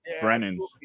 brennan's